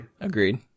Agreed